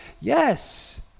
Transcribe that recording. Yes